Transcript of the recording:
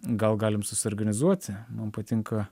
gal galim susiorganizuoti mum patinka